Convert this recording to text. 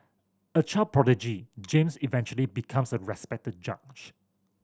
a child prodigy James eventually becomes a respected judge